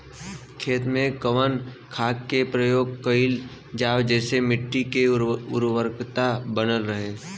खेत में कवने खाद्य के प्रयोग कइल जाव जेसे मिट्टी के उर्वरता बनल रहे?